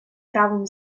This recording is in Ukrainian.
правом